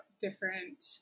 different